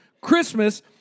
Christmas